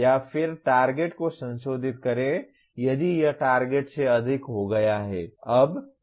या फिर टारगेट को संशोधित करें यदि यह टारगेट से अधिक हो गया है